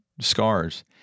scars